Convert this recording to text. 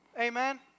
amen